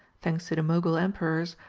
thanks to the mogul emperors,